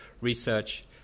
research